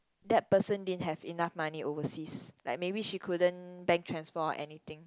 that person didn't have enough money overseas like maybe she couldn't bank transfer or anything